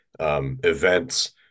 Events